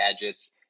gadgets